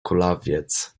kulawiec